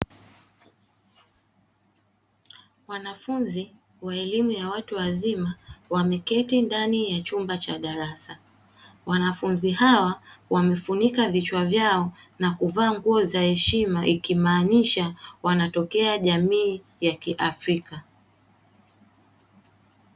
Wanafunzi wa elimu ya watu wazima wameketi ndani ya chumba cha darasa. Wanafunzi hawa wamefunika vichwa vyao na kuvaa nguo za heshima ikimaanisha wanatokea jamii ya kiafrika.